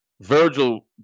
Virgil